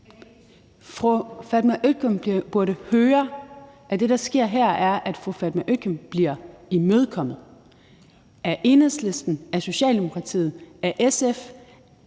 Fru Fatma Øktem burde høre, at det, der sker her, er, at fru Fatma Øktem bliver imødekommet af Enhedslisten, af Socialdemokratiet, af SF